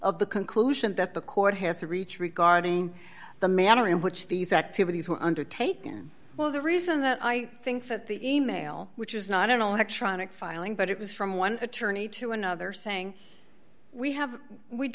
of the conclusion that the court has to reach regarding the manner in which these activities were undertaken well the reason that i think that the e mail which is not an electronic filing but it was from one attorney to another saying we have we'd